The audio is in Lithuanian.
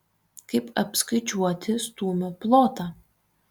kaip apskaičiuoti stūmio plotą